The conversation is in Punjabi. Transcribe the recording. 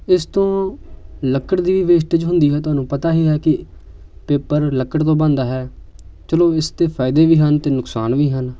ਇਸ ਤੋਂ ਲੱਕੜ ਦੀ ਵੀ ਵੇਸਟੇਜ ਹੁੰਦੀ ਹੈ ਤੁਹਾਨੂੰ ਪਤਾ ਹੀ ਹੈ ਕਿ ਪੇਪਰ ਲੱਕੜ ਤੋਂ ਬਣਦਾ ਹੈ ਚਲੋ ਇਸਦੇ ਫਾਇਦੇ ਵੀ ਹਨ ਅਤੇ ਨੁਕਸਾਨ ਵੀ ਹਨ